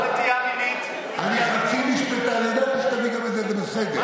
יש נטייה מינית, ידעתי שתביא גם את זה, זה בסדר.